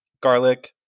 garlic